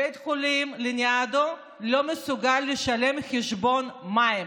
בית החולים לניאדו לא מסוגל לשלם חשבון מים.